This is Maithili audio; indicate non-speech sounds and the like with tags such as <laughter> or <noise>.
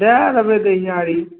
<unintelligible>